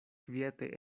kviete